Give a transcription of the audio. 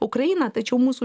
ukrainą tačiau mūsų